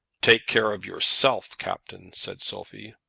take care of yourself, captain, said sophie.